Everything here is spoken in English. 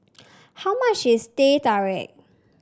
how much is Teh Tarik